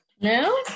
No